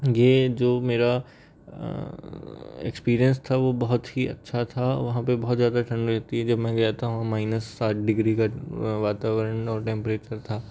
ये जो मेरा एक्सपीरियंस था वो बहुत ही अच्छा था वहाँ पर बहुत ज़्यादा ठंड रहती है जब मैं गया था वहाँ माइनस सात डिग्री का वातावरण और टेंपरेचर था